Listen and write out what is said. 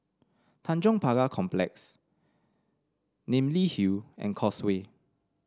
Tanjong Pagar Complex Namly Hill and Causeway